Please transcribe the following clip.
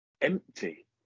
empty